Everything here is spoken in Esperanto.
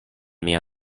mia